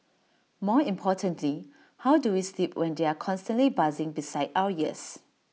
more importantly how do we sleep when they are constantly buzzing beside our ears